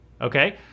okay